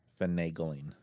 Finagling